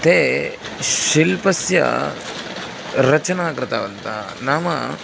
ते शिल्पस्य रचनां कृतवन्तः नाम